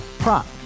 Prop